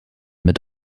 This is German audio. mit